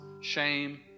shame